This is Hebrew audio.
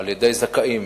על-ידי זכאים